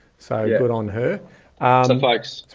so you put on her some folks,